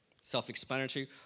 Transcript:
Self-explanatory